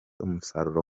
umusaruro